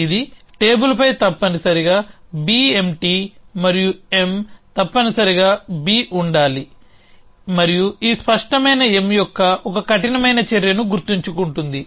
ఇది టేబుల్పై తప్పనిసరిగా BMT మరియు M తప్పనిసరిగా b ఉండాలి మరియు ఈ స్పష్టమైన M యొక్క ఒక కఠినమైన చర్యను గుర్తుంచు కుంటుంది